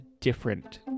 different